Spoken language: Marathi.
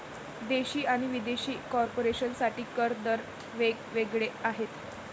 देशी आणि विदेशी कॉर्पोरेशन साठी कर दर वेग वेगळे आहेत